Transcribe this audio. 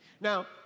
Now